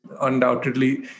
undoubtedly